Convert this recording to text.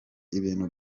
ibintu